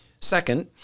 Second